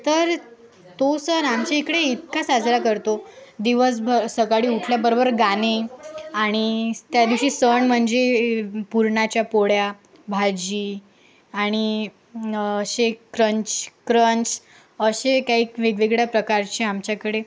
तर तो सण आमच्या इकडे इतका साजरा करतो दिवसभर सकाळी उठल्याबरोबर गाणे आणि त्यादिवशी सण म्हणजे पुरणाच्या पोळ्या भाजी आणि असे क्रंच क्रंच असे काही वेगवेगळ्या प्रकारचे आमच्याकडे